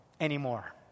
anymore